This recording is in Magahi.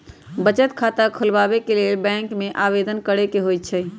बचत खता खोलबाबे के लेल बैंक में आवेदन करेके होइ छइ